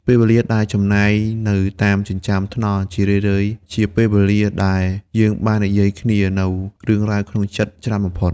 ពេលវេលាដែលចំណាយនៅតាមចិញ្ចើមថ្នល់ ជារឿយៗជាពេលវេលាដែលយើងបាននិយាយគ្នានូវរឿងរ៉ាវក្នុងចិត្តច្រើនបំផុត។